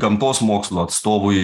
gamtos mokslų atstovui